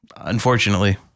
unfortunately